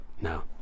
No